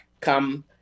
come